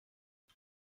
ich